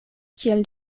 kiel